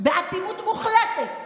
באטימות מוחלטת.